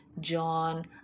John